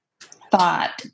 thought